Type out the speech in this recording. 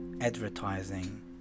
advertising